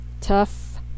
Tough